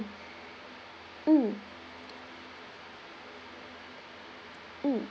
mm mm